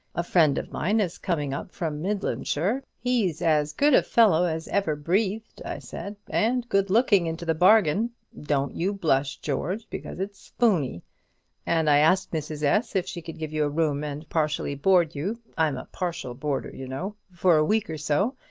a friend of mine is coming up from midlandshire he's as good a fellow as ever breathed i said, and good-looking into the bargain don't you blush, george, because it's spooney and i asked mrs. s. if she could give you a room and partially board you i'm a partial boarder, you know for a week or so.